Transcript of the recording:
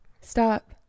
Stop